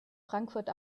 frankfurt